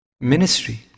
ministry